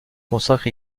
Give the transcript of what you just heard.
consacre